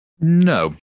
No